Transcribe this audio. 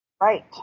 Right